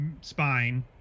spine